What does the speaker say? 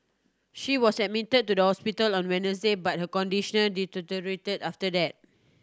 she was admit to the hospital on Wednesday but her conditioner deteriorated after that